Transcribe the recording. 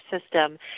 system